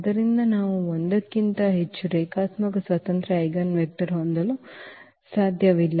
ಆದ್ದರಿಂದ ನಾವು 1 ಕ್ಕಿಂತ ಹೆಚ್ಚು ರೇಖಾತ್ಮಕ ಸ್ವತಂತ್ರ ಐಜೆನ್ವೆಕ್ಟರ್ ಹೊಂದಲು ಸಾಧ್ಯವಿಲ್ಲ